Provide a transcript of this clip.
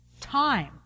time